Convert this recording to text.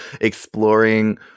exploring